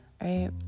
right